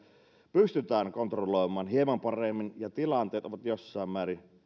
pystytään kontrolloimaan hieman paremmin ja tilanteet ovat jossain määrin